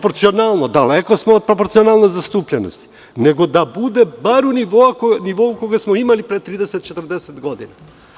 Daleko smo od proporcionalne zastupljenosti, nego da bude bar u nivou koji smo imali pre 30 ili 40 godina.